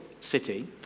city